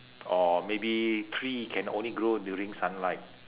or maybe tree can only grow during sunlight